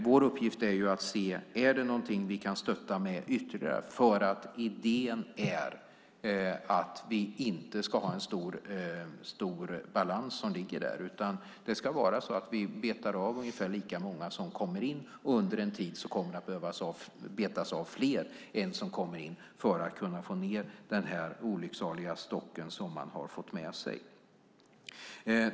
Vår uppgift är att se: Är det något ytterligare vi kan stötta med, för idén är att vi inte ska ha en stor ärendebalans, utan det ska betas av ungefär lika många ärenden som kommer in, och under en tid kommer det att behöva betas av fler ärenden än som kommer in, för att få ned den olycksaliga ärendestock som man har fått med sig.